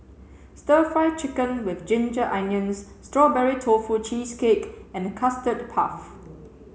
stir fry chicken with ginger onions strawberry tofu cheesecake and custard puff